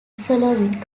following